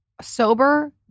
sober